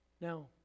Now